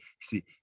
see